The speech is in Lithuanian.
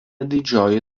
didžioji